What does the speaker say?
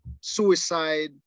suicide